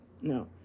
No